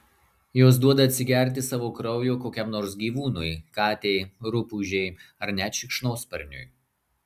jos duoda atsigerti savo kraujo kokiam nors gyvūnui katei rupūžei ar net šikšnosparniui